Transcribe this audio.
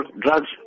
drugs